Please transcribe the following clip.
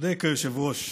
צודק היושב-ראש.